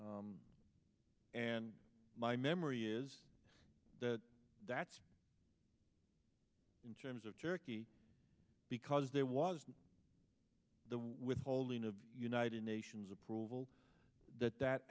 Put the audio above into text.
e and my memory is that that's in terms of charity because there was the withholding of united nations approval that that